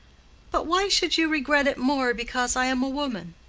but why should you regret it more because i am a woman?